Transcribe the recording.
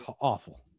awful